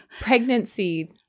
Pregnancy